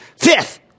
Fifth